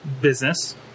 business